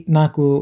naku